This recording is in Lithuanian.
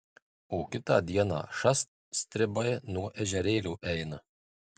o kitą dieną šast stribai nuo ežerėlio eina